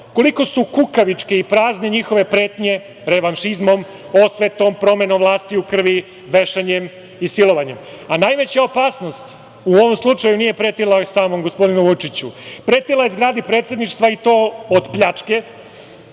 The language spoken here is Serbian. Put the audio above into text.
koliko su kukavičke i prazne njihove pretnje revanšizmom, osvetom, promenom vlasti u krvi, vešanjem i silovanjem. A najveća opasnost u ovom slučaju nije pretila samom gospodinu Vučiću, pretila je zgradi Predsedništva, i to od pljačke,